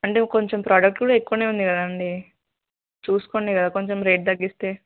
అంటే కొంచెం ప్రోడక్ట్ కూడా ఎక్కువనే ఉంది కదాండి చూసుకోండి కదా కొంచెం రేట్ తగ్గిస్తే